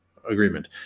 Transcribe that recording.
agreement